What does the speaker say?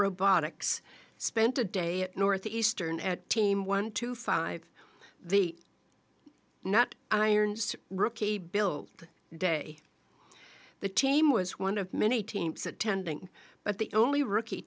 robotics spent a day at northeastern at team one to five the not irons to rookie build day the team was one of many teams attending but the only rookie